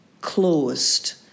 Closed